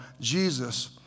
Jesus